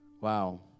Wow